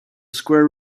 square